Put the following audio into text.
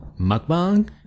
Mukbang